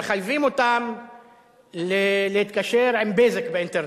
מחייבים אותם להתקשר עם "בזק" באינטרנט,